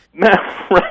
Right